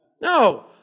No